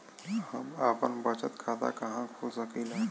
हम आपन बचत खाता कहा खोल सकीला?